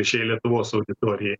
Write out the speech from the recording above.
ryšiai lietuvos auditorijai